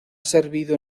servido